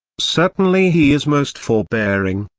certainly he is most forbearing,